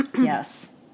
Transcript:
Yes